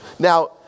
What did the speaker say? Now